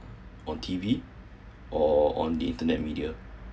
on T_V or on the internet media